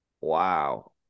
Wow